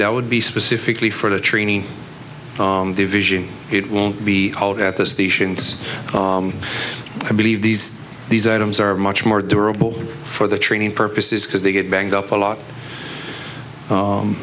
that would be specifically for the training division it won't be out at the stations i believe these these items are much more durable for the training purposes because they get banged up a lot